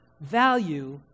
value